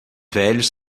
velhos